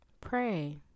pray